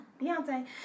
Beyonce